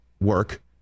work